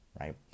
Right